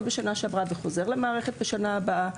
בשנה שעברה וחוזר למערכת בשנה הבאה.